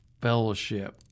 fellowship